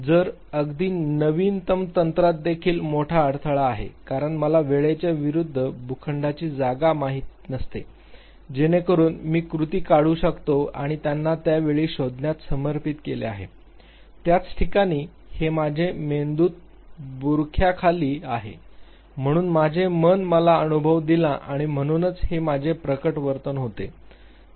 तर अगदी नवीनतम तंत्रात देखील मोठा अडथळा आहे कारण मला वेळेच्या विरूद्ध भूखंडाची जागा माहित नसते जेणेकरून मी कृती काढू शकतो आणि त्यांना या वेळी शोधण्यात समर्पित केले आहे त्याच ठिकाणी हे माझे मेंदूत बुरखाखाली आहे म्हणूनच माझे मन मला अनुभव दिला आणि म्हणूनच हे माझे प्रकट वर्तन होते